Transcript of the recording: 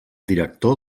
director